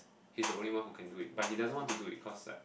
he's the only one who can do it but he doesn't want to do it cause like